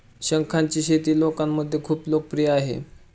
शंखांची शेती लोकांमध्ये खूप लोकप्रिय आहे